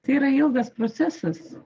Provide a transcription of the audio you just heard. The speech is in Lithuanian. tai yra ilgas procesas